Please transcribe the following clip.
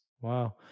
Wow